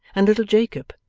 and little jacob,